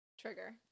Trigger